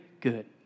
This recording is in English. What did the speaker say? good